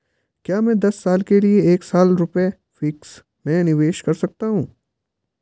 क्या मैं दस साल के लिए एक लाख रुपये फिक्स में निवेश कर सकती हूँ?